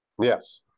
Yes